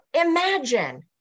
imagine